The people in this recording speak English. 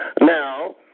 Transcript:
Now